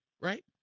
right